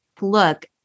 Look